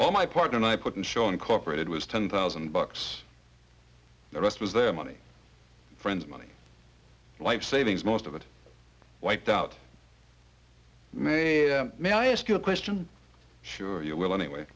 all my partner and i put in show incorporated was ten thousand bucks the rest was their money friends money life savings most of it wiped out may or may i ask you a question sure you will anyway